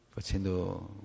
facendo